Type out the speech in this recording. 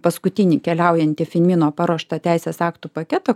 paskutinį keliaujantį finmino paruoštą teisės aktų paketą